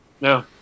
No